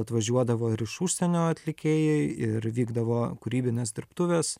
atvažiuodavo ir iš užsienio atlikėjai ir vykdavo kūrybinės dirbtuvės